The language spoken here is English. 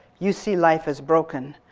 you see life as broken.